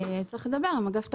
צריך לדבר עם אגף תקציבים.